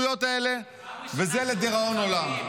וזה לדיראון עולם.